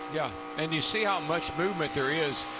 yeah, and you see how much movement there is,